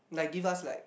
like give us like